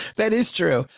that is true.